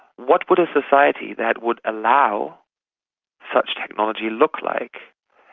what would a society that would allow such technology look like,